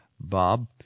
Bob